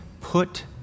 Put